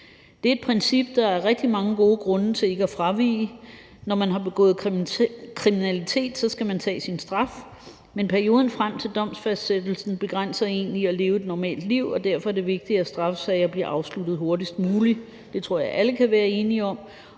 Det er et princip, der er rigtig mange gode grunde til ikke at fravige. Når man har begået kriminalitet, skal man tage sin straf, men perioden frem til domsfastsættelsen begrænser en i at leve et normalt liv, og derfor er det vigtigt, at straffesager bliver afsluttet hurtigst muligt – det tror jeg at alle kan være enige om.